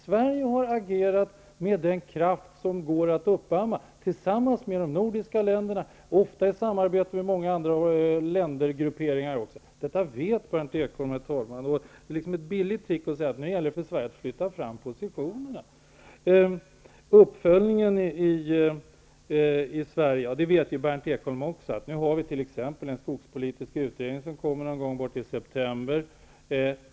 Sverige har agerat med den kraft som går att uppamma tillsammans med de nordiska länderna och ofta i samarbete med andra ländergrupperingar. Detta vet Berndt Ekholm. Det är ett billigt trick att säga att det nu gäller för Sverige att flytta fram positionerna. Berndt Ekholm vet också hur det är med uppföljningen. En skogspolitisk utredning kommer t.ex. att läggas fram någon gång i september.